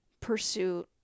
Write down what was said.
pursuit